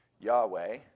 Yahweh